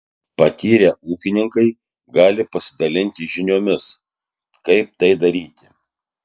patyrę ūkininkai gali pasidalinti žiniomis kaip tai daryti